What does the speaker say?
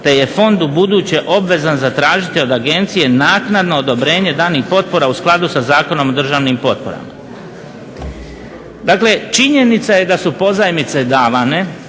te je fond u buduće zatražiti od agencije naknadno odobrenje danih potpora u skladu sa Zakonom o državnim potporama. Dakle, činjenica je da su pozajmice davane